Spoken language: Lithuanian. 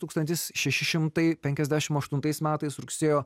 tūkstantis šeši šimtai penkiasdešim aštuntais metais rugsėjo